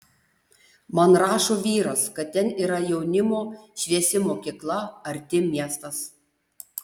man rašo vyras kad ten yra jaunimo šviesi mokykla arti miestas